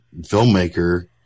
filmmaker